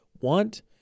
want